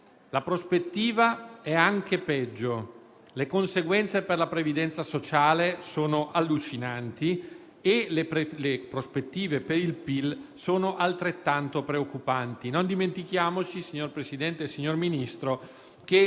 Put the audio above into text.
la prospettiva è anche peggiore. Le conseguenze per la previdenza sociale sono allucinanti e le prospettive per il PIL sono altrettanto preoccupanti. Non dimentichiamoci, signor Presidente, signor Ministro, che